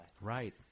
Right